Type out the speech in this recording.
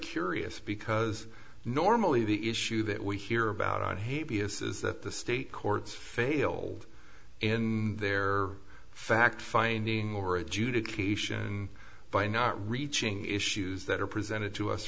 curious because normally the issue that we hear about on haiti is that the state courts failed in their fact finding over adjudication by not reaching issues that are presented to us